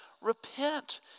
repent